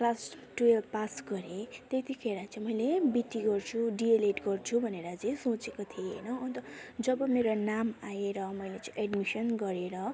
class twelve pass गरे त्यति खेर चाहिँ मैले बिटी गर्छु डिएलएड गर्छु भनेर चाहिँ सोचेको थिएँ होइन अन्त जब मेरो नाम आएर मैले चाहिँ एडमिसन गरेर